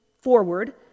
forward